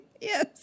Yes